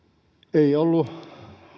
ei ollut